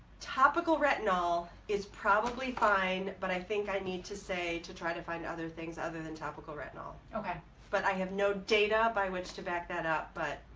topical retinol is probably fine but i think i need to say to try to find other things other than topical retinol. okay but i have no data by which to back that up but.